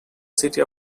city